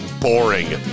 boring